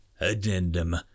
Addendum